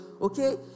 Okay